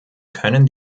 können